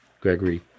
Gregory